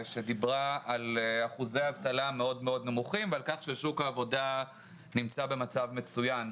שדיברה על אחוזי אבטלה נמוכים מאוד ועל כך ששוק העבודה נמצא במצב מצוין.